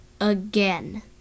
again